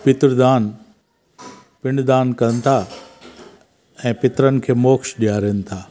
पितरदान पिंडुदान कनि था ऐं पितरनि खे मोक्ष ॾियारिनि था